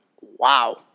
wow